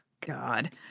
God